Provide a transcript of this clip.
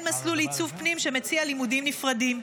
מסלול לעיצוב פנים שמציע לימודים נפרדים.